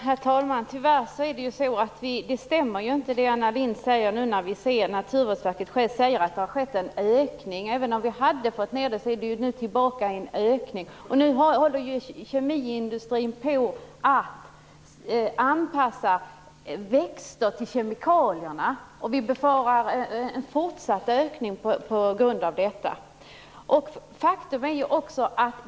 Herr talman! Tyvärr stämmer inte det som Anna Lindh säger. Naturvårdsverket säger ju att det har skett en ökning här. Även om vi fått ned användningen av bekämpningsmedel, är det återigen fråga om en ökning. Kemiindustrin håller dessutom nu på att anpassa växter till kemikalier. På grund av detta befarar vi en fortsatt ökning av användningen av bekämpningsmedel.